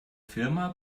firma